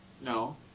No